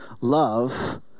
love